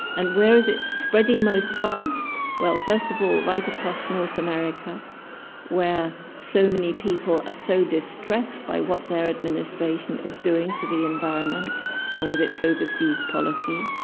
and where is it spreading most fast? well, first of all right across north america where so many people are ah so distressed by what their administration is doing to the environment and with its overseas policy.